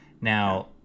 Now